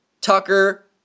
Tucker